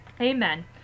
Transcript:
Amen